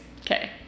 Okay